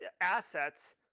assets